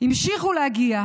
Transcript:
המשיכו להגיע,